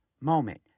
moment